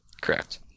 Correct